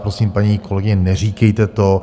Prosím, paní kolegyně, neříkejte to.